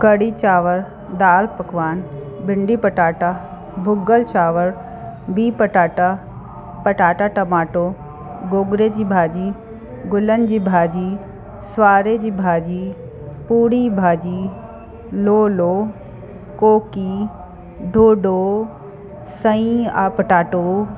कढ़ी चांवर दालि पकवान भिंडी पटाटा भुॻल चांवर भी पटाटा पटाटा टमाटो गोगड़े जी भाॼी गुलन जी भाॼी स्वारे जी भाॼी पूड़ी भाॼी लोलो कोकी डोडो सईं ऐं पटाटो